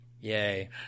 Yay